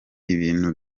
ibintu